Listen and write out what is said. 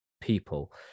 people